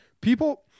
people